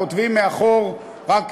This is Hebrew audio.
כותבים מאחור רק "ירושלים",